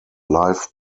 live